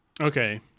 Okay